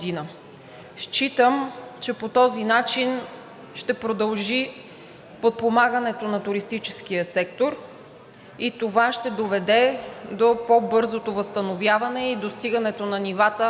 Считам, че по този начин ще продължи подпомагането на туристическия сектор и това ще доведе до по-бързото възстановяване и достигането на нивата